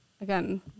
Again